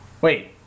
Wait